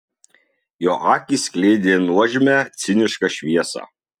jo akys skleidė nuožmią cinišką šviesą